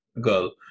girl